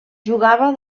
jugava